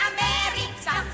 America